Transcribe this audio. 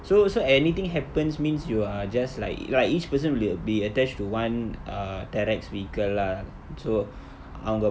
so so anything happens means you are just like right each person will be attached to one err terrex vehicle lah so அவங்க:avanga